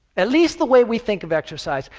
at least the way we think of exercise.